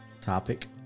Topic